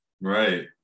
right